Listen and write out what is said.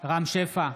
רם שפע,